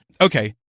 Okay